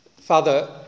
Father